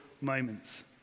moments